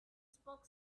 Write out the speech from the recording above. spoke